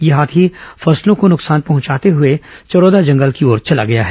यह हाथी फसलों को नुकसान पहुंचाते हुए चरोदा जंगल की ओर चला गया है